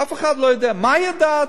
אף אחד לא יודע מה היא יודעת.